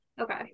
Okay